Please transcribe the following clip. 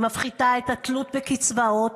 היא מפחיתה את התלות בקצבאות